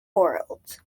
world